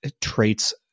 traits